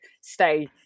stay